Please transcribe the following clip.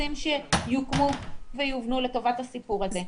בערוצים שיוכרו ויובנו לטובת הסיפור הזה.